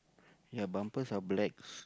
ya bumpers are black